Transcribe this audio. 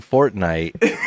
Fortnite